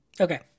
Okay